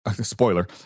spoiler